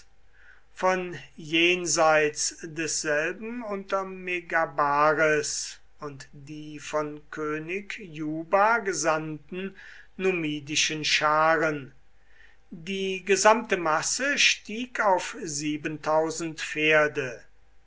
von jenseits desselben unter megabares und die von könig juba gesandten numidischen scharen die gesamte masse stieg auf